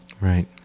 Right